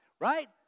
right